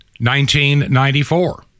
1994